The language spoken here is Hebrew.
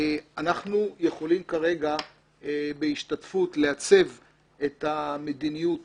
אנחנו יכולים כרגע בהשתתפות לעצב את המדיניות